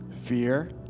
fear